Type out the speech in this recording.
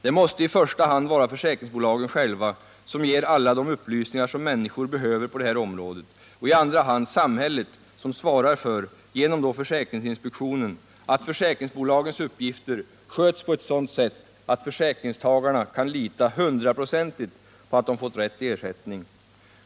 Det måste i första hand vara försäkringsbolagen själva som ger alla de upplysningar som människor behöver på det här området och i andra hand samhället som svarar för — genom försäkringsinspektionen — att försäkringsbolagens uppgifter sköts på ett sådant sätt att försäkringstagarna kan lita 100-procentigt på att de får rätt ersättning.